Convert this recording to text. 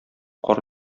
кар